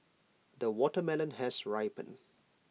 the watermelon has ripen